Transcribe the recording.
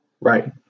Right